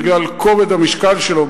בגלל כובד המשקל שלו,